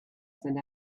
spend